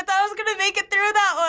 thought i was gonna make it through that one.